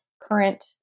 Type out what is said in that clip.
current